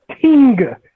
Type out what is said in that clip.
Tinga